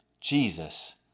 Jesus